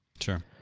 Sure